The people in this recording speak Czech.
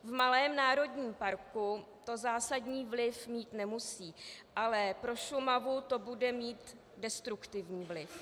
V malém národním parku to zásadní vliv mít nemusí, ale pro Šumavu to bude mít destruktivní vliv.